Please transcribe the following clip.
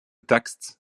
texts